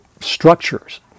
structures